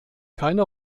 keine